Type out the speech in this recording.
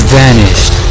vanished